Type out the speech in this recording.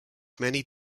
many